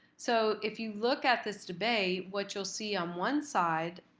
so if you look at this debate, what you'll see on one side,